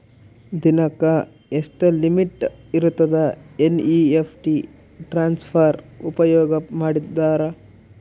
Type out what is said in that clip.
ದಿನಕ್ಕ ಎಷ್ಟ ಲಿಮಿಟ್ ಇರತದ ಎನ್.ಇ.ಎಫ್.ಟಿ ಟ್ರಾನ್ಸಫರ್ ಉಪಯೋಗ ಮಾಡಿದರ?